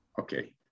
Okay